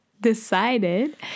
decided